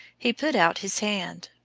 he put out his hand,